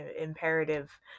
imperative